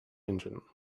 engine